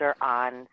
on